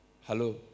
Hello